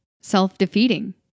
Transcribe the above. self-defeating